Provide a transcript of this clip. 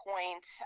point